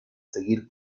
seguir